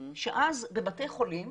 שאז בבתי-חולים